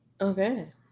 Okay